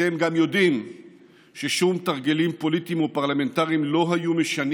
אתם גם יודעים ששום תרגילים פוליטיים ופרלמנטריים לא היו משנים